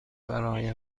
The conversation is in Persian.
برای